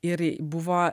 ir buvo